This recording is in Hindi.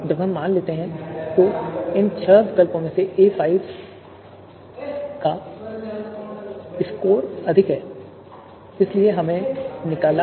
अब मान लेते हैं कि इन छह विकल्पों में से a5 का स्कोर सबसे अधिक है